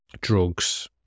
drugs